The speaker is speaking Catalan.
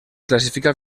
classifica